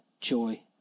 joy